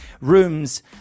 rooms